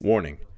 Warning